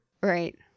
Right